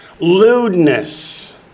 Lewdness